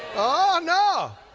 oh, no.